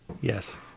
Yes